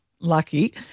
Lucky